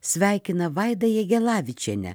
sveikina vaidą jagelavičienę